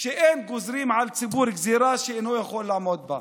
שאין גוזרים על ציבור גזרה שהוא לא יכול לעמוד בה,